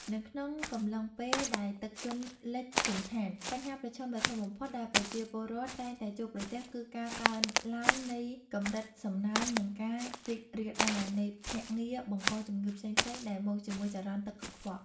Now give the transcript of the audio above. នៅក្នុងកំឡុងពេលដែលទឹកជន់លិចភូមិឋាន បញ្ហាប្រឈមដ៏ធំបំផុតដែលប្រជាពលរដ្ឋតែងតែជួបប្រទះ គឺការកើនឡើងនៃកម្រិតសំណើម និងការរីករាលដាលនៃភ្នាក់ងារបង្កជំងឺផ្សេងៗដែលមកជាមួយចរន្តទឹកកខ្វក់។